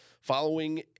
following